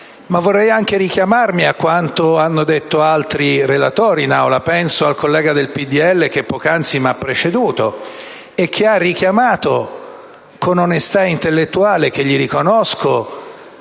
Vorrei anche richiamarmi a quanto hanno detto altri relatori in Aula. Penso al collega del PdL che poc'anzi mi ha preceduto e che ha richiamato, con un'onestà intellettuale che gli riconosco,